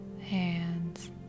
hands